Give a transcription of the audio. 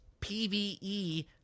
PVE